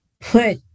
put